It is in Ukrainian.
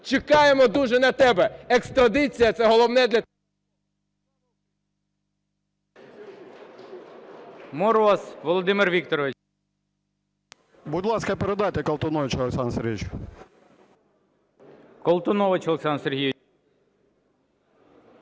Чекаємо дуже на тебе. Екстрадиція – це головне для… Веде